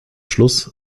schluss